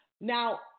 Now